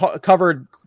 covered